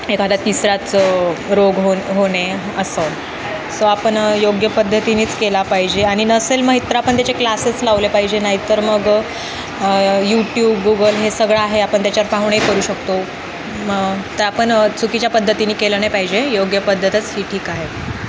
एखादा तिसराच रोग होणे होणे असं सो आपण योग्य पद्धतीनीच केला पाहिजे आणि नसेल मग तर आपण त्याचे क्लासेस लावले पाहिजे नाही तर मग यूट्यूब गुगल हे सगळं आहे आपण त्याच्यावर पाहुन हे करू शकतो मग तर आपण चुकीच्या पद्धतीने केलं नाही पाहिजे योग्य पद्धतच ही ठीक आहे